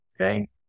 okay